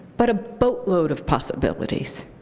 but a boatload of possibilities,